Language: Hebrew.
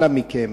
אנא מכם,